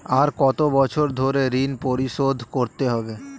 আর কত বছর ধরে ঋণ পরিশোধ করতে হবে?